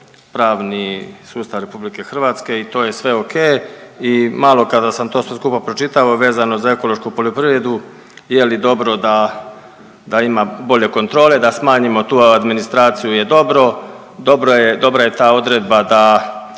pravni sustav RH i to je sve oke i malo kada sam to sve skupa pročitao vezano za ekološku poljoprivredu je li dobro da ima bolje kontrole, da smanjimo tu administraciju je dobro, dobra je ta odredba da